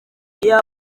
iyo